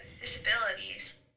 disabilities